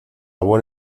buen